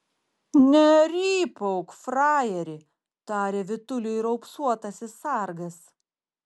nerypauk frajeri tarė vytuliui raupsuotasis sargas